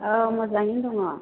औ मोजाङैनो दङ